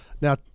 Now